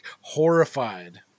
horrified